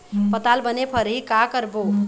पताल बने फरही का करबो?